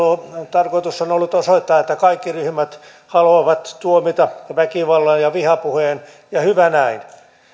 tarkoitus on ollut osoittaa että kaikki ryhmät haluavat tuomita väkivallan ja vihapuheen ja hyvä näin